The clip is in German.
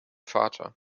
vater